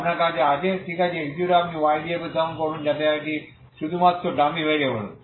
যা আপনার কাছে আছে ঠিক আছে x0 আপনি y দিয়ে প্রতিস্থাপন করুন যাতে এটি শুধুমাত্র ডামি ভ্যারিয়েবল